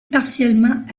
partiellement